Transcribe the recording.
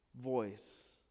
voice